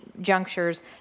junctures